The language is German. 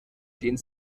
den